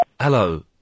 Hello